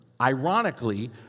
ironically